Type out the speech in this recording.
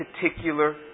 particular